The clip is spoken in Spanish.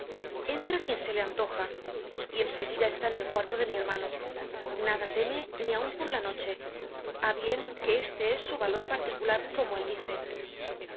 entra quien se le antoja y en seguida está en el cuarto de mi hermano nada teme ni aun por la noche a bien que este es su valor particular como él dice